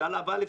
לשלב א',